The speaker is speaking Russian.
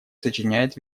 сочиняет